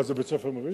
זה בית-ספר מראשון?